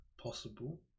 possible